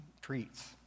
treats